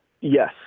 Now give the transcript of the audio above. Yes